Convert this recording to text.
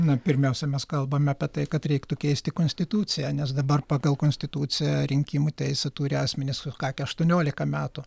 na pirmiausia mes kalbame apie tai kad reiktų keisti konstituciją nes dabar pagal konstituciją rinkimų teisę turi asmenys sukakę aštuoniolika metų